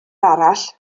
arall